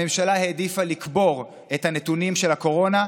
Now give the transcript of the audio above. הממשלה העדיפה לקבור את הנתונים של הקורונה,